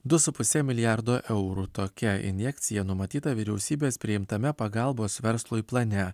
du su puse milijardo eurų tokia injekcija numatyta vyriausybės priimtame pagalbos verslui plane